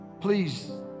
Please